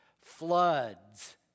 floods